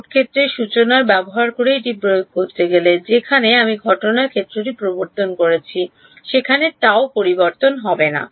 মোট ক্ষেত্রের সূচনাটি ব্যবহার করে এটি প্রয়োগ করতে গেলে কী ঘটবে যেখানে আমি ঘটনার ক্ষেত্রটি প্রবর্তন করেছি সেখানে Γ পরিবর্তন হবে না